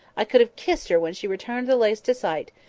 i could have kissed her when she returned the lace to sight,